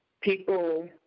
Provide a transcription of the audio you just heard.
people